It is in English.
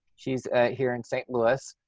she's here in st. louis.